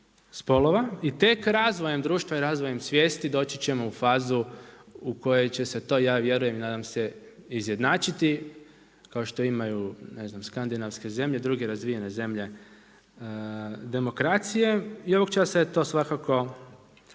I tek razvojem društva i razvojem svijesti doći ćemo u fazu u kojoj će se to ja vjerujem i nadam se izjednačiti kao što imaju ne znam skandinavske zemlje, druge razvijene zemlje demokracije. I ovog časa je to svakako